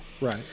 Right